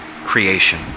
creation